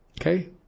Okay